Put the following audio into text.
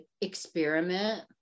experiment